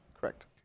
Correct